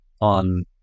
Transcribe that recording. on